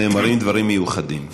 נאמרים דברים מיוחדים.